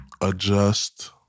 adjust